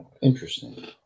Interesting